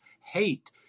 hate